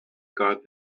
got